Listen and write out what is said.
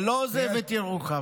אבל לא עוזב את ירוחם.